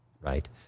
Right